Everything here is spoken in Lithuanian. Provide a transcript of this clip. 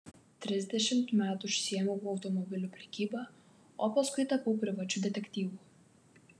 trisdešimt metų užsiėmiau automobilių prekyba o paskui tapau privačiu detektyvu